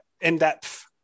in-depth